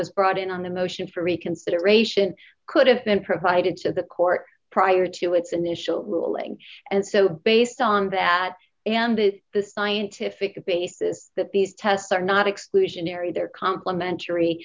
was brought in on a motion for reconsideration could have been provided to the court prior to its initial ruling and so based on that and is the scientific basis that these tests are not exclusionary they're complimentary